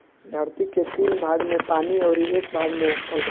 धरती के तीन भाग में पानी अउरी एक भाग में स्थल बा